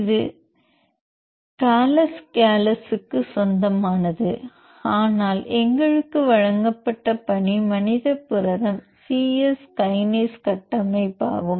இது காலஸ் காலஸுக்கு சொந்தமானது ஆனால் எங்களுக்கு வழங்கப்பட்ட பணி மனித புரதம் சி எஸ் கைனேஸ் கட்டமைப்பாகும்